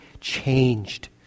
changed